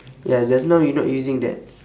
ya just now you not using that